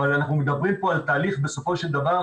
אבל אנחנו מדברים פה על תהליך של מכירה בסופו של דבר,